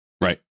Right